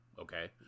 okay